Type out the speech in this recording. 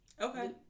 Okay